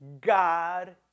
God